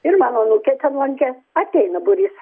ir mano anūkė ten lankė ateina būrys